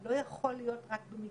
לא יכול להיות רק במגננה,